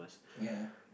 ya